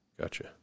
Gotcha